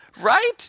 right